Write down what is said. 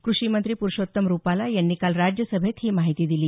कृषीमंत्री पुरुषोत्तम रुपाला यांनी काल राज्यसभेत ही माहिती दिली